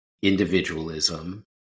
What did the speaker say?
individualism